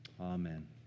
Amen